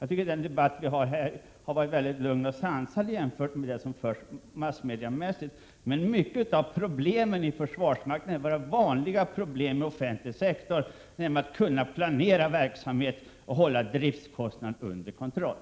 Jag tycker att den debatt som vi har fört här har varit mycket lugn och sansad jämfört med den som förs i en del tidningar. Men många av de problem som finns inom försvarsmakten handlar ju om vanliga problem som förekommer inom offentlig sektor, nämligen att kunna planera verksamheten och hålla driftskostnaderna under kontroll.